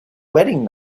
wedding